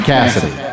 Cassidy